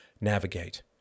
navigate